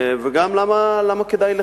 ולמה כדאי לך?